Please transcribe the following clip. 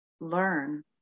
Learn